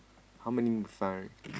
how many you find already